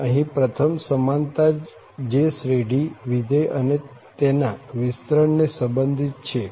આમ અહીં પ્રથમ સમાનતા જે શ્રેઢી વિધેય અને તેના વિસ્તરણ ને સંબંધિત છે